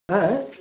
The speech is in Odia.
ଏଁ ଏଁ